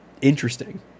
interesting